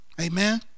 amen